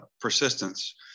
persistence